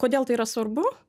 kodėl tai yra svarbu